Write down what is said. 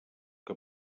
que